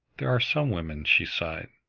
there are some women, she sighed,